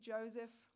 Joseph